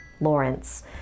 Lawrence